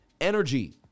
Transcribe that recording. Energy